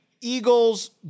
Eagles